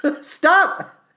stop